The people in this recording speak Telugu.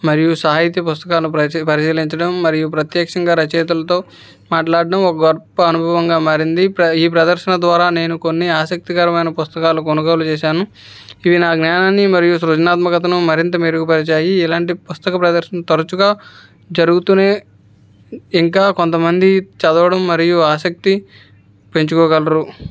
మరియు సాహిత్య పుస్తకాలను పరి పరిశీలించడం మరియు ప్రత్యక్షంగా రచయితులతో మాట్లాడ్డం ఒక గొప్ప అనుభవంగా మారింది ప్ర ఈ ప్రదర్శన ద్వారా నేను కొన్ని ఆసక్తికరమైన పుస్తకాలు కొనుగోలు చేశాను ఇవి నా జ్ఞానాన్ని మరియు సృజనాత్మకతను మరింత మెరుగుపరచాయి ఇలాంటి పుస్తక ప్రదర్శన తరచుగా జరుగుతూనే ఇంకా కొంతమంది చదవడం మరియు ఆసక్తి పెంచుకోగలరు